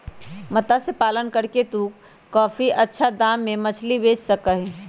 मत्स्य पालन करके तू काफी अच्छा दाम में मछली बेच सका ही